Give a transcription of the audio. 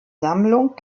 sammlung